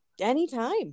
Anytime